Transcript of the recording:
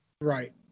Right